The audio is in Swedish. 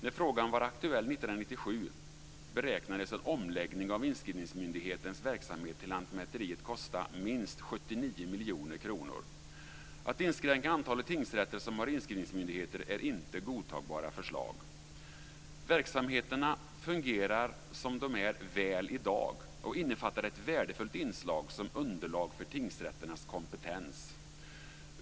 När frågan var aktuell 1997 beräknades en omläggning av inskrivningsmyndighetens verksamhet till lantmäteriet kosta minst 79 miljoner kronor. Att inskränka antalet tingsrätter som har inskrivningsmyndigheter är inte godtagbara förslag. Verksamheterna fungerar som de är väl i dag och innefattar ett värdefullt inslag som underlag för tingsrätternas kompetens.